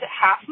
half